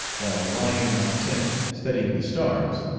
while lying in my tent studying the stars,